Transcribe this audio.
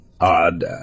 Odd